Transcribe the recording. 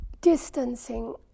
distancing